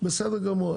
בסדר גמור.